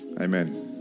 Amen